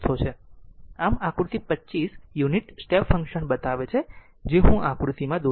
આમ આકૃતિ 25 unit step function બતાવે છે જે હું આકૃતિ દોરીશ